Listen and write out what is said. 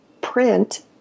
print